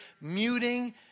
muting